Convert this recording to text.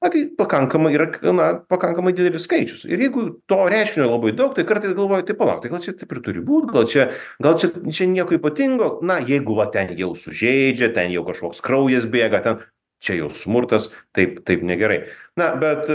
na tai pakankamai yra gana pakankamai didelis skaičius ir jeigu to reiškinio labai daug tai kartais galvoji tai palauk tai gal čia taip ir turi būt gal čia gal čia čia nieko ypatingo na jeigu va ten jau sužeidžia ten jau kažkoks kraujas bėga ten čia jau smurtas taip taip negerai na bet